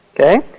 Okay